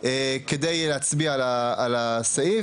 כדי להצביע על הסעיף,